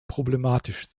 problematisch